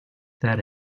that